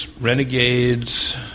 Renegades